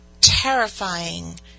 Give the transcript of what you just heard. terrifying